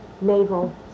naval